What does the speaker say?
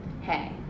hey